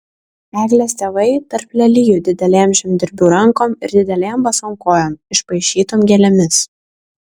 eglės tėvai tarp lelijų didelėm žemdirbių rankom ir didelėm basom kojom išpaišytom gėlėmis